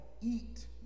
eat